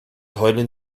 heulen